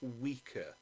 weaker